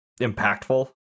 impactful